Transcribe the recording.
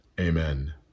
Amen